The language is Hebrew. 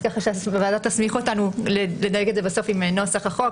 שהוועדה תסמיך אותנו לדייק את זה בסוף עם נוסח החוק,